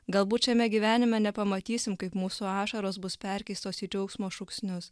galbūt šiame gyvenime nepamatysim kaip mūsų ašaros bus perkeistos į džiaugsmo šūksnius